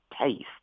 taste